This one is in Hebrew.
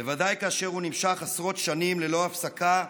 בוודאי כאשר הוא נמשך עשרות שנים ללא הפסקה,